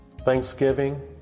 Thanksgiving